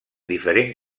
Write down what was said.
diferent